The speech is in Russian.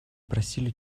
просили